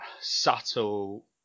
subtle